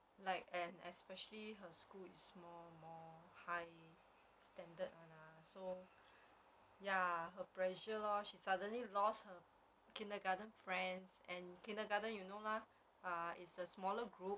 like and especially her school is more more high standard [one] ah so ya her pressure lor she suddenly lost her kindergarten friends and kindergarten you know lah ah is a smaller group